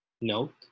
Note